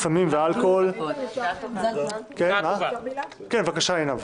8 בעד, אין נגד ואין נמנעים.